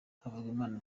havugimana